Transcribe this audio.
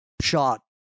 shot